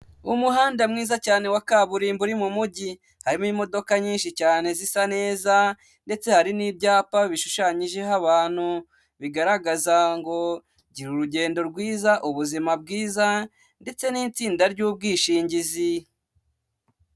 Umuhanda mwiza cyane wa kaburimbo uri mu mujyi, harimo imodoka nyinshi cyane zisa neza ndetse hari n'ibyapa bishushanyijeho abantu, bigaragaza ngo gira urugendo rwiza ubuzima bwiza ndetse n'itsinda ry'ubwishingizi.